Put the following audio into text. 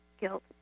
guilt